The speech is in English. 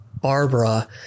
Barbara